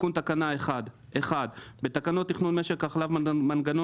תיקון תקנה 1 בתקנות תכנון משק החלב (מנגנון